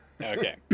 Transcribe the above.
Okay